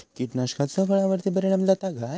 कीटकनाशकाचो फळावर्ती परिणाम जाता काय?